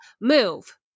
move